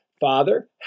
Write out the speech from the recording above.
Father